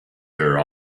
her